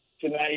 tonight